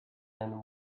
and